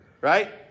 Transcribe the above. right